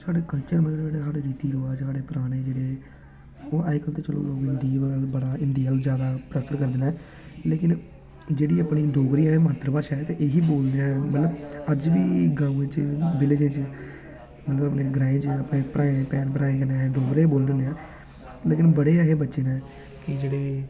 साढ़े कल्चर साढ़े रीति रवाज़ साढ़े जेह्ड़े ते चलो अज्जकल लोग जादै हिंदी आह्ली साईड प्रेफर करदे न लेकिन जेह्ड़ी डोगरी ऐ मात्तरभाशा ऐ एह् ही बोलदे न अज्ज बी गांव च विलेज़ च मतलब ग्राएं च अपने भैन भ्राएं कन्नै अस डोगरी गै बोलने हेन्ने आं लेकिन बड़े हारे बच्चे न की जेह्ड़े